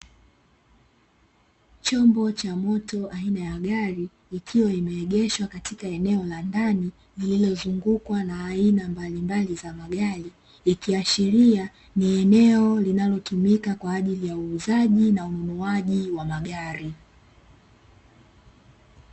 Chombo cha moto aina ya gari likiwa limeegeshwa katika eneo la ndani lililozungukwa na aina mbalimbali za magari, ikiashiria ni eneo linalotumika kwa ajili ya uuzaji na ununuaji wa magari.